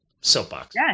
soapbox